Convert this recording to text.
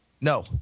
No